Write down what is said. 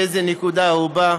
מאיזו נקודה הוא בא,